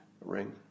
ring